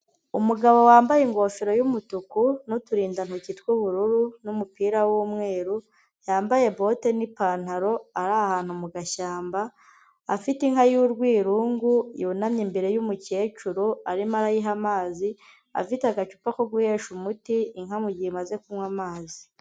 Umugabo wambaye ingofero y'umutuku n'uturindantoki tw'ubururu n'umupira w'umweru, yambaye bote n'ipantaro ari ahantu mu gashyamba, afite inka y'urwirungu yunamye imbere y'umukecuru arimo arayiha amazi, afite agacupa ko guhesha umuti inka mu gihe imaze kunywa amazi.